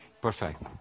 Perfect